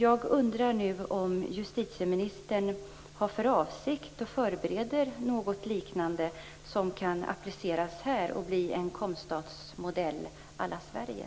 Jag undrar nu om justitieministern förbereder något liknande som kan appliceras här och bli en COMSTATS-modell à la